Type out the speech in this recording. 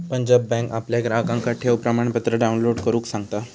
Punjab bank आपल्या ग्राहकांका ठेव प्रमाणपत्र डाउनलोड करुक सांगता